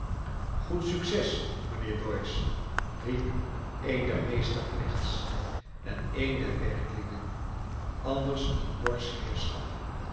goed succes mijnheer doyce riep een der meesterknechts en een der werklieden anders een norsch heerschap